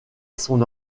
son